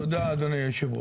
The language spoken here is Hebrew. תודה אדוני יושב הראש.